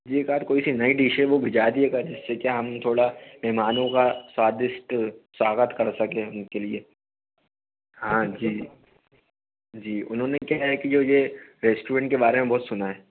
जी एक आध कोई सी नई डिस है वह भेज दीजियेगा जिससे क्या हम थोड़ा मेहमानों का स्वादिष्ट स्वागत कर सके उनके लिए हाँ जी जी उन्होंने क्या है की जो यह रेस्टुरेंट के बारे में बहुत सुना हैं